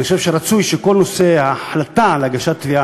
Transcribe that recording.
אני חושב שרצוי שכל ההחלטה על הגשת תביעה